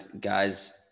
guys